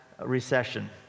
recession